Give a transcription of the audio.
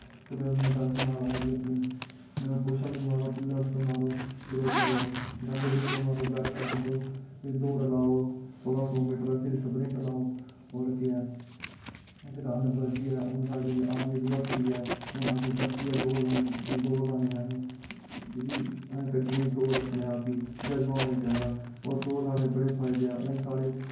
फिर में गल्ल सनाऽ दा हा कि अपनी पुशअप मारो पुलअप मारो फिर ओह् करो डंड डुंड मारो बैठकां कड्ढो फिर दौड़ लाओ सोलां सौ मीटर फिर सप्रिंट लाओ होर केह् ऐ हून साढ़ी आर्मी दी भर्थी ऐ हून असें दौड़ लानी ऐ दौड़ लानी ऐ असें कड्ढनी दौड़ अपने आप गी जज़वा होना चाहिदा होर दौड़ लानें दे बड़े फायदे न हून साढ़े